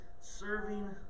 serving